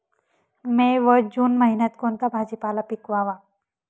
मे व जून महिन्यात कोणता भाजीपाला पिकवावा?